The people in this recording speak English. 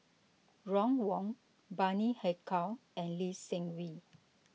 Ron Wong Bani Haykal and Lee Seng Wee